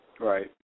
right